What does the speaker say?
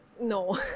No